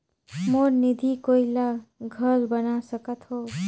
मोर निधि कोई ला घल बना सकत हो?